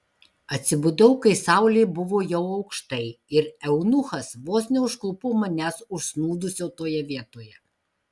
atsibudau kai saulė buvo jau aukštai ir eunuchas vos neužklupo manęs užsnūdusio toje vietoje